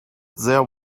there